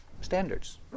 standards